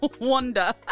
Wonder